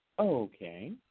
Okay